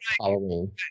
Halloween